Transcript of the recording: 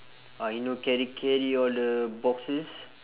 uh you know carry carry all the boxes